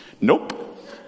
Nope